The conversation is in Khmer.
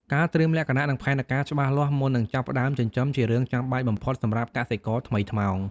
ការត្រៀមលក្ខណៈនិងផែនការច្បាស់លាស់ មុននឹងចាប់ផ្តើមចិញ្ចឹមជារឿងចាំបាច់បំផុតសម្រាប់កសិករថ្មីថ្មោង។